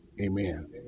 amen